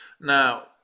now